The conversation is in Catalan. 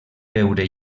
veure